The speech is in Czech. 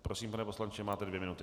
Prosím, pane poslanče, máte dvě minuty.